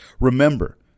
remember